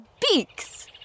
beaks